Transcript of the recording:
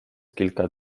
kilka